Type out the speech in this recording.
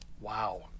wow